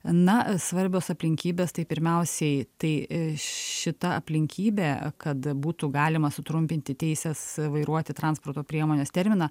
na svarbios aplinkybės tai pirmiausiai tai šita aplinkybė kad būtų galima sutrumpinti teisės vairuoti transporto priemones terminą